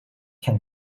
can